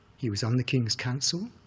he was on the king's council.